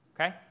okay